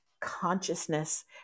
consciousness